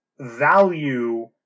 value